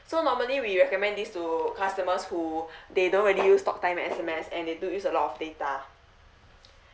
so normal we recommend this to customers who they don't really use talk time S_M_S and they do use a lot of data